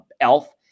elf